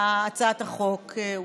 הצעת החוק הוסרה.